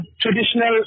traditional